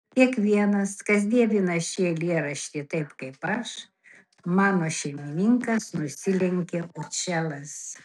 kiekvienas kas dievina šį eilėraštį taip kaip aš mano šeimininkas nusilenkė učelas